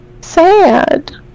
sad